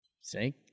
See